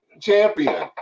champion